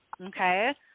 okay